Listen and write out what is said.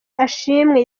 ashimwe